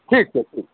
ठीक छै ठीक